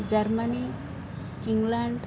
Germany England